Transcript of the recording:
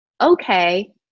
okay